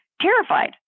Terrified